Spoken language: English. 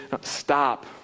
stop